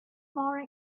more